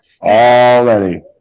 already